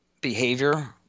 behavior